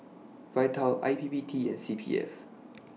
Vital I P P T and C P F